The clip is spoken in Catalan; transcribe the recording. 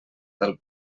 del